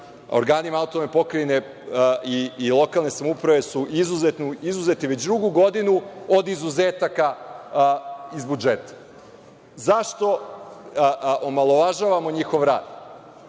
organima autonomne pokrajine i lokalne samouprave su izuzeti već drugu godinu od izuzetaka iz budžeta. Zašto omalovažavamo njihov rad?